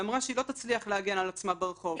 ואמרה שהיא לא תצליח להגן על עצמה ברחוב,